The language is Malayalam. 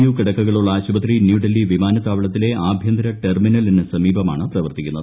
യു കിടക്കകളുള്ള ആശുപത്രി ന്യൂഡൽഹി വിമാനത്താവളത്തിലെ ആഭ്യന്തര ടെർമിനിലിന് സമീപമാണ് പ്രവർത്തിക്കുന്നത്